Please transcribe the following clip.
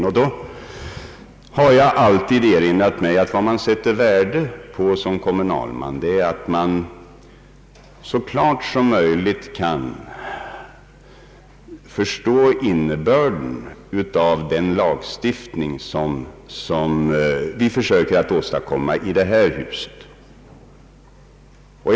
Jag har alltid erinrat mig att det man sätter värde på som kommunalman är att så klart som möjligt kunna förstå innebörden av de lagar som riksdagen fattar beslut om.